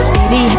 Baby